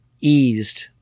eased